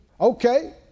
okay